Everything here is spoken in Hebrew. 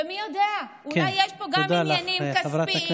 ומי יודע, אולי יש פה גם עניינים כספיים, כן.